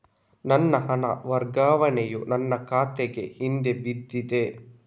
ನನ್ನ ಹಣ ವರ್ಗಾವಣೆಯು ನನ್ನ ಖಾತೆಗೆ ಹಿಂದೆ ಬಂದಿದೆ